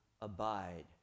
abide